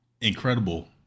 incredible